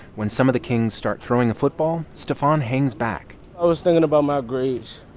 when some of the kings start throwing a football, stefan hangs back i was thinking about my grades,